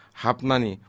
hapnani